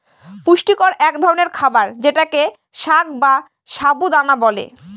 পুষ্টিকর এক ধরনের খাবার যেটাকে সাগ বা সাবু দানা বলে